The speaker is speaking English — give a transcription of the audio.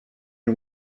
and